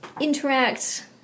interact